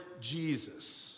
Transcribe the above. Jesus